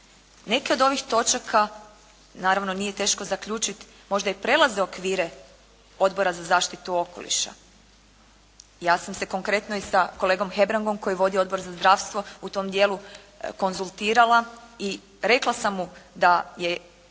Neke od ovih točaka, naravno nije teško zaključiti, možda i prelaze okvire Odbora za zaštitu okoliša. Ja sam se konkretno i sa kolegom Hebrangom koji vodi Odbor za zdravstvo u tom dijelu konzultirala i rekla sam mu da je važno